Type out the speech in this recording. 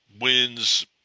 wins